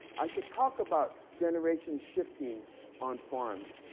i could talk about generations shifting on farms,